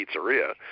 pizzeria